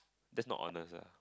that's not honours ah